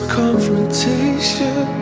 confrontation